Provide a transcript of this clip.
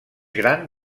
gran